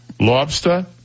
Lobster